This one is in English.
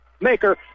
maker